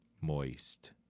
Moist